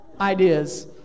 ideas